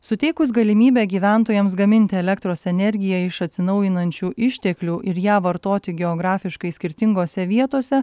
suteikus galimybę gyventojams gaminti elektros energiją iš atsinaujinančių išteklių ir ją vartoti geografiškai skirtingose vietose